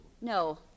No